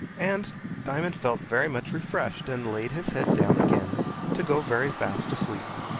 and diamond felt very much refreshed, and laid his head down again to go very fast asleep,